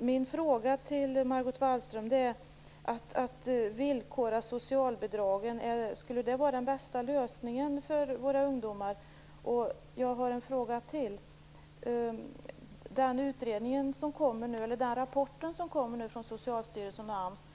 Min fråga till Margot Wallström är om ett villkorande av socialbidragen skulle vara den bästa lösningen för våra ungdomar. Jag har ytterligare en fråga, som gäller den rapport som nu kommer från Socialstyrelsen och AMS.